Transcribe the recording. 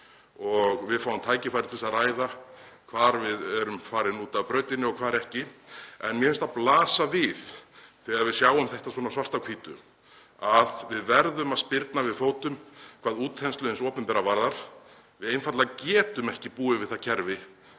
og við fáum tækifæri til að ræða hvar við erum farin út af brautinni og hvar ekki. Mér finnst það blasa við þegar við sjáum þetta svona svart á hvítu að við verðum að spyrna við fótum hvað útþenslu hins opinbera varðar. Við getum einfaldlega ekki búið við það kerfi